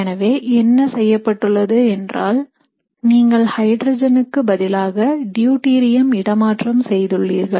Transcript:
எனவே என்ன செய்யப்பட்டுள்ளது என்றால் நீங்கள் ஹைட்ரஜன்க்கு பதிலாக டியூடிரியம்மை இடமாற்றம் செய்துள்ளீர்கள்